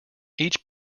each